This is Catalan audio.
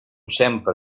sempre